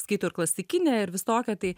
skaito klasikinę ir visokią tai